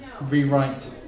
rewrite